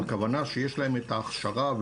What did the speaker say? הכוונה שיש להם את ההכשרה,